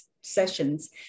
sessions